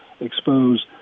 expose